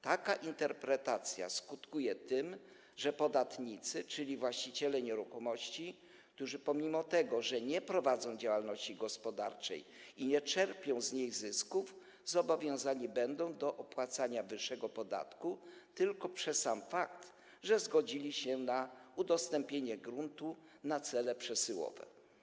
Taka interpretacja skutkuje tym, że podatnicy, czyli właściciele nieruchomości, pomimo że nie prowadzą działalności gospodarczej i nie czerpią z niej zysków, zobowiązani będą do opłacania wyższego podatku tylko przez sam fakt, że zgodzili się na udostępnienie gruntu na cele przesyłowe.